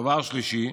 דבר שלישי,